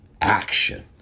Action